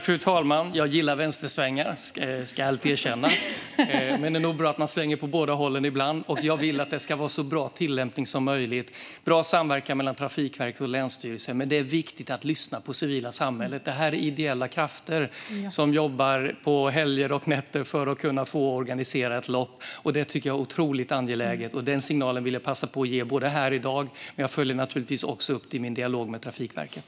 Fru talman! Jag gillar vänstersvängar, ska jag erkänna. Men det är nog bra att svänga åt båda hållen ibland. Jag vill att det ska vara en så bra tillämpning som möjligt och bra samverkan mellan Trafikverket och länsstyrelsen, men det är viktigt att lyssna på det civila samhället. Det här är ideella krafter som jobbar på helger och nätter för att kunna organisera ett lopp. Det tycker jag är otroligt angeläget. Den signalen vill jag passa på att ge här i dag, men jag följer naturligtvis också upp detta i min dialog med Trafikverket.